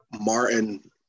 Martin